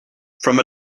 from